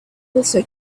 also